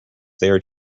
there